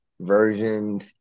versions